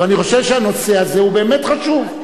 אבל אני חושב שהנושא הזה הוא באמת חשוב.